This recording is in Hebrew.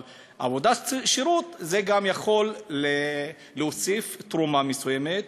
אבל עבודת שירות גם יכולה להוסיף תרומה מסוימת,